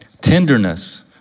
tenderness